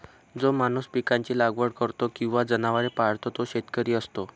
जो माणूस पिकांची लागवड करतो किंवा जनावरे पाळतो तो शेतकरी असतो